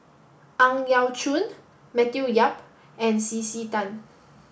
Ang Yau Choon Matthew Yap and C C Tan